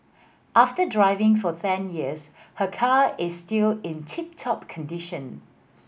after driving for ten years her car is still in tip top condition